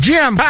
Jim